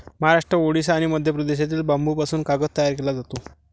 महाराष्ट्र, ओडिशा आणि मध्य प्रदेशातील बांबूपासून कागद तयार केला जातो